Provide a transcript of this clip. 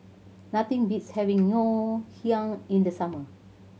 nothing beats having Ngoh Hiang in the summer